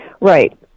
Right